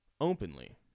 openly